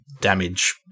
damage